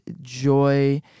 joy